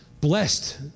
blessed